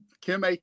Kim